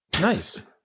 Nice